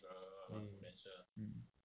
eh mm